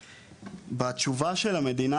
בתושבה של המדינה